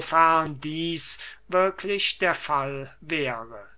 wofern dieß wirklich der fall wäre